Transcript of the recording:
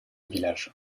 village